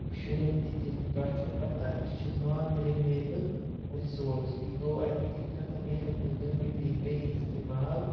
شُرٮ۪ن تہِ دِتھ تۄہہِ چھو پَتاہ یہِ چھِ نان رِنویبُل رِسورس یہِ گوٚو اَکہِ پھِرِ ختٕم یہِ ہیٚکہِ نہٕ دوٚیمہِ پھِرِ بیٚیہِ استعمال